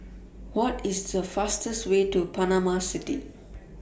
What IS The fastest Way to Panama City